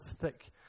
thick